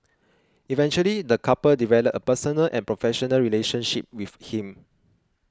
eventually the couple developed a personal and professional relationship with him